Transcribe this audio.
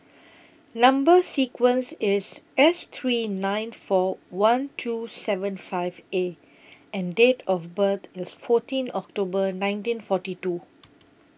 Number sequence IS S three nine four one two seven five A and Date of birth IS fourteen October nineteen forty two